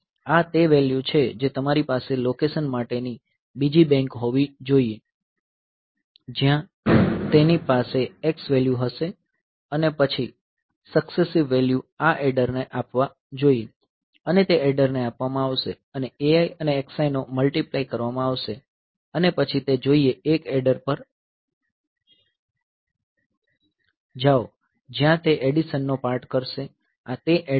આ તે વેલ્યુછે જે તમારી પાસે લોકેશન માટેની બીજી બેંક હોવી જોઈએ જ્યાં તેની પાસે x વેલ્યુ હશે અને પછી સક્સેસિવ વેલ્યુ આ એડર ને આપવા જોઈએ અને તે એડરને આપવામાં આવશે અને ai અને xi નો મલ્ટિપ્લાય કરવામાં આવશે અને પછી તે જોઈએ એક એડર પર જાઓ જ્યાં તે એડિશન નો પાર્ટ કરશે આ તે એડર છે